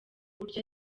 buryo